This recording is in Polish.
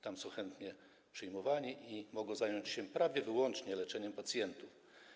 Tam są chętnie przyjmowani i mogą zająć się prawie wyłącznie leczeniem pacjentów.